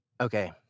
Okay